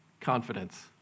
confidence